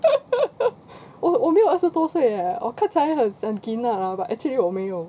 我我没有二十多岁 leh 我看起来很 s~ 很 ki na ah but actually 我没有